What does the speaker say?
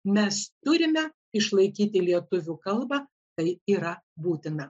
mes turime išlaikyti lietuvių kalbą tai yra būtina